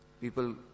People